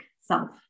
self